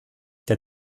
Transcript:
der